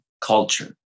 Culture